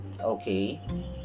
okay